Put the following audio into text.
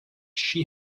she